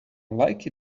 like